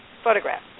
photograph